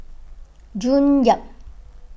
June Yap